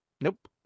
Nope